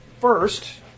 First